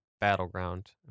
battleground